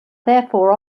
therefore